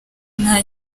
nka